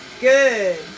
Good